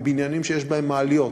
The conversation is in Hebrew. בבניינים שיש בהם מעליות.